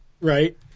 Right